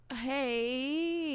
hey